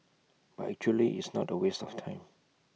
but actually it's not A waste of time